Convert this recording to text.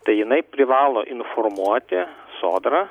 tai jinai privalo informuoti sodrą